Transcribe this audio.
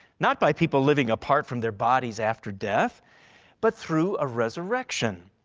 not by people living apart from their body's after death but through a resurrection.